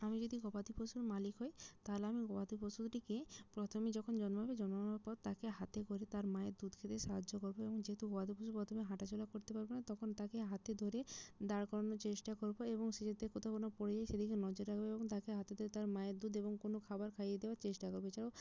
আমি যদি গবাদি পশুর মালিক হই তাহলে আমি গবাদি পশুটিকে প্রথমে যখন জন্মাবে জন্মানোর পর তাকে হাতে করে তার মায়ের দুধ খেতে সাহায্য করব এবং যেহেতু গবাদি পশু প্রথমে হাঁটাচলা করতে পারবে না তখন তাকে হাতে ধরে দাঁড় করানোর চেষ্টা করব এবং সে যাতে কোথাও না পড়ে যায় সেদিকে নজর রাখব এবং তাকে আদতে তার মায়ের দুধ এবং কোনো খাবার খাইয়ে দেওয়ার চেষ্টা করব এছাড়াও